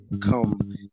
come